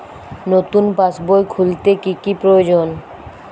নতুন পাশবই খুলতে কি কি প্রয়োজন?